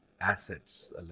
assets